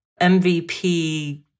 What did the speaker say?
MVP